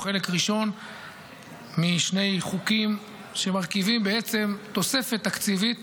הוא חלק ראשון משני חוקים שמרכיבים בעצם תוספת תקציבית